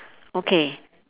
okay